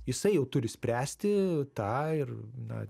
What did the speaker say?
jisai jau turi spręsti tą ir na